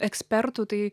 ekspertų tai